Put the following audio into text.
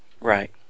Right